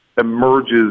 emerges